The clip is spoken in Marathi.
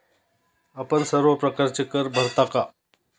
आपण सर्व प्रकारचे कर भरता का?